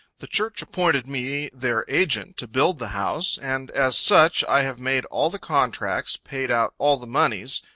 the church appointed me their agent to build the house, and as such i have made all the contracts, paid out all the monies,